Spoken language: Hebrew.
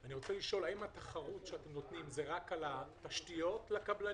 אני רוצה לשאול האם התחרות שאתם נותנים היא רק על תשתיות לקבלנים,